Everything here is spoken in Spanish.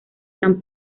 san